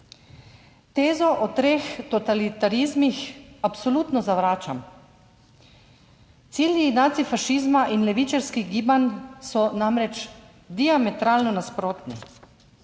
Tezo o treh totalitarizmih absolutno zavračam. Cilji nacifašizma in levičarskih gibanj so namreč diametralno nasprotni